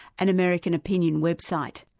an american opinion website,